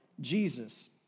Jesus